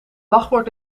wachtwoord